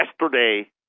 yesterday